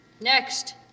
Next